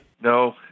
No